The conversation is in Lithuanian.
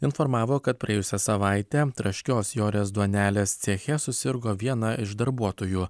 informavo kad praėjusią savaitę traškios jorės duonelės ceche susirgo viena iš darbuotojų